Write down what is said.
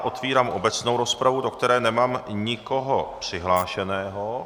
Otevírám obecnou rozpravu, do které nemám nikoho přihlášeného.